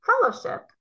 fellowship